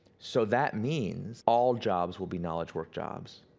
so that means all jobs will be knowledge work jobs.